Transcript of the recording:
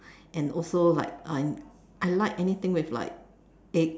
and also like and I like anything with like egg